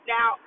Now